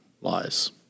lies